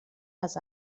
les